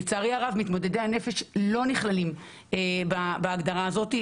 לצערי הרב, מתמודדי הנפש לא נכללים בהגדרה הזאת.